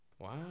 Wow